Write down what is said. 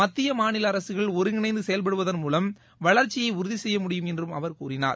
மத்திய மாநில அரசுகள் ஒருங்கிணைந்து செயல்படுவதன் மூலம் வளர்ச்சியை உறுதி செய்ய முடியும் என்றும் அவர் கூறினார்